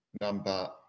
number